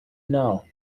know